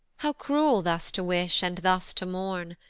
how cruel thus to wish, and thus to mourn?